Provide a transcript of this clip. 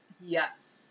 Yes